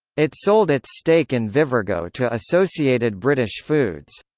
it sold its stake in vivergo to associated british foods.